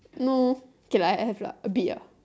no okay lah I have lah a bit ah